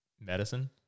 medicine